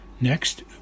Next